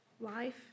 life